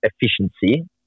efficiency